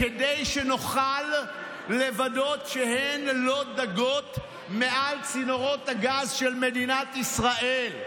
כדי שנוכל לוודא שהן לא דגות מעל צינורות הגז של מדינת ישראל,